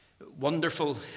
wonderful